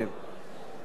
ועם כל זה,